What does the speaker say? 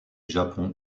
japon